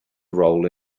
role